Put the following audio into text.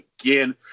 again